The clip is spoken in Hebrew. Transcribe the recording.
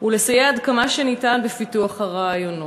ולסייע עד כמה שניתן בפיתוח הרעיונות.